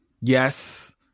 Yes